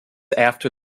after